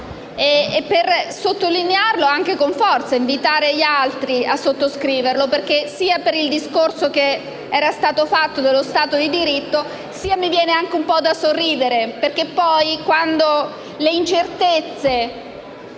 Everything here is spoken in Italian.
per sottolinearlo con forza e per invitare anche gli altri a sottoscriverlo, sia per il discorso che è stato fatto sullo Stato di diritto, sia perché mi viene anche un po' da sorridere, perché poi quando le incertezze